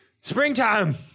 springtime